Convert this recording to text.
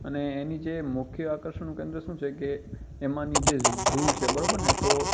અને એની જે મુખ્ય આકર્ષણનું કેન્દ્ર શું છે કે એમાંની જે ઝૂ છે બરાબર ને તો